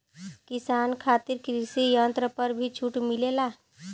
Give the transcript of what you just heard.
किसान खातिर कृषि यंत्र पर भी छूट मिलेला?